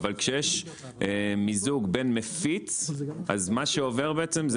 אבל כשיש מיזוג בין מפיץ אז מה שעובר בעצם זה